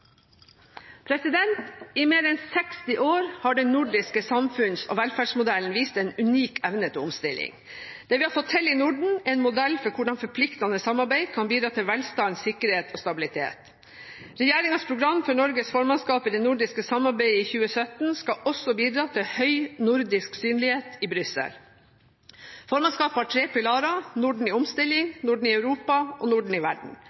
I mer enn 60 år har den nordiske samfunns- og velferdsmodellen vist en unik evne til omstilling. Det vi har fått til i Norden, er en modell for hvordan forpliktende samarbeid kan bidra til velstand, sikkerhet og stabilitet. Regjeringens program for Norges formannskap i det nordiske samarbeidet i 2017 skal også bidra til høy nordisk synlighet i Brussel. Formannskapet har tre pilarer: Norden i omstilling, Norden i Europa og Norden i verden.